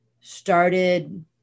started